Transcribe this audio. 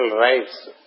rights